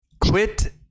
Quit